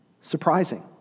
surprising